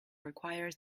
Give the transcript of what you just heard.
requires